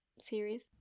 series